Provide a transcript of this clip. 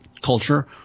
culture